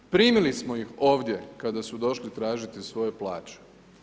Primili smo ih ovdje kada su došli tražiti svoje plaće.